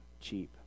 cheap